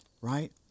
right